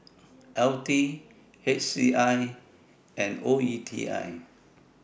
LT HCI and OETI